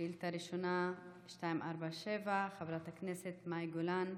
שאילתה ראשונה, מס' 247, של חברת הכנסת מאי גולן,